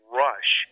rush